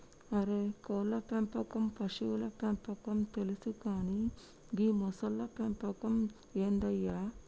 అరే కోళ్ళ పెంపకం పశువుల పెంపకం తెలుసు కానీ గీ మొసళ్ల పెంపకం ఏందయ్య